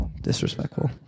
Disrespectful